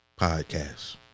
Podcast